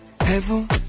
heaven